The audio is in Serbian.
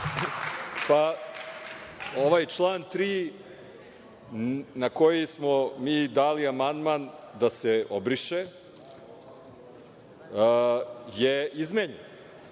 Pa, ovaj član 3. na koji smo mi dali amandman da se obriše, je izmenjen.